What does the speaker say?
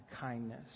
kindness